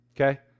Okay